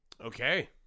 Okay